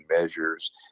measures